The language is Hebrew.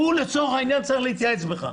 לצורך העניין, הוא צריך להתייעץ אתך,